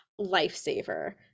lifesaver